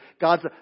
God's